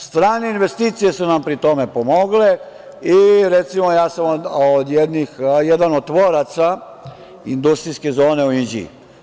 Strane investicije su nam pritom pomogle i recimo ja sam jedan od tvoraca industrijske zone u Inđiji.